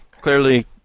Clearly